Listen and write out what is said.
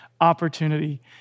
opportunity